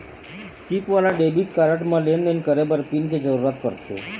chip वाला debit card म लेन देन करे बर पिन के जरूरत परथे